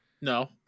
No